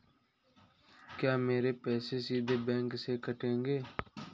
क्या मेरे पैसे सीधे बैंक से कटेंगे?